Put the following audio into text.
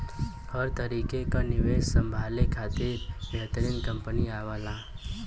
हर तरीके क निवेस संभले बदे बेहतरीन कंपनी आवला